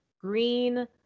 green